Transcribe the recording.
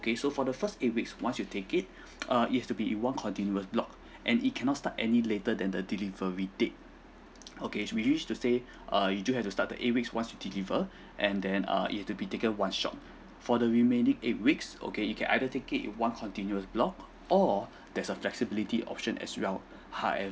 okay so for the first eight weeks once you take it err it has to be one continuous block and it cannot start any later than the delivery date okay which mean to stay err you do have to start the eight week once you deliver and then err it has to be taken one shot for the remaining eight weeks okay you can either take it in one continuous block or there's a flexibility option as well however